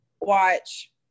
watch